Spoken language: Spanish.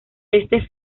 este